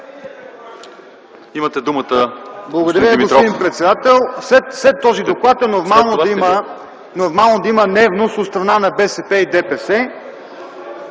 Благодаря Ви, господин председател. След този доклад е нормално да има нервност от страна на БСП и ДПС.